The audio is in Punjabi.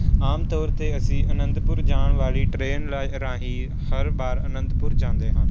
ਆਮ ਤੌਰ 'ਤੇ ਅਸੀਂ ਅਨੰਦਪੁਰ ਜਾਣ ਵਾਲੀ ਟਰੇਨ ਰਾਹ ਰਾਹੀਂ ਹਰ ਵਾਰ ਅਨੰਦਪੁਰ ਜਾਂਦੇ ਹਨ